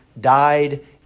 died